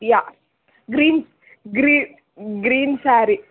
yeah green green green saree